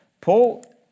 Paul